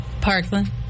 Parkland